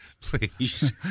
please